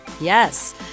Yes